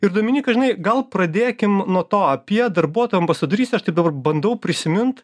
ir dominyka žinai gal pradėkim nuo to apie darbuotojų ambasadorystę aš tai dabar bandau prisimint